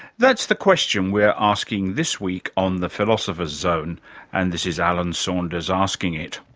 that's the question we're asking this week on the philosopher's zone and this is alan saunders asking it.